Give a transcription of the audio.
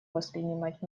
воспринимать